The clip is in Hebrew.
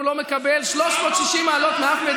לא מקבל ב-360 מעלות ----- גזענות --- אנשים כמוך.